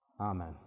amen